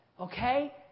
okay